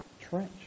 trench